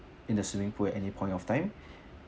in the swimming pool at any point of time